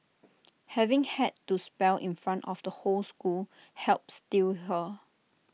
having had to spell in front of the whole school helped steel her